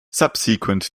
subsequent